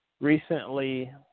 recently